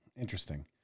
Interesting